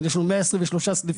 יש לנו 123 סניפים.